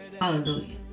Hallelujah